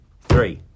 three